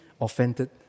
offended